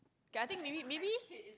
ya okay maybe maybe